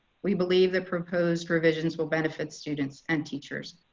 we believe that proposed revisions will benefit students and teachers.